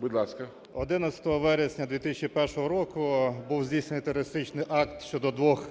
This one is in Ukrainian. Будь ласка. 12:08:16 БАТЕНКО Т.І. 11 вересня 2001 року був здійснений терористичний акт щодо двох